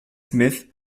smith